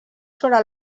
sobre